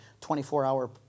24-hour